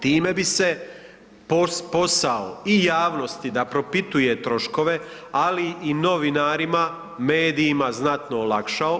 Time bi se posao i javnosti da propituje troškove ali i novinarima, medijima znatno olakšao.